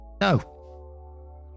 No